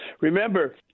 Remember